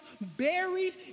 buried